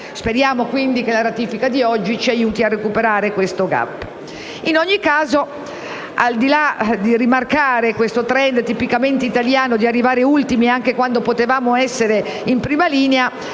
Speriamo, quindi, che la ratifica di oggi ci aiuti a recuperare questo *gap*. In ogni caso, al di là di rimarcare il *trend* tipicamente italiano di arrivare ultimi anche quando potremmo essere in prima linea,